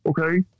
okay